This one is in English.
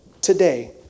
today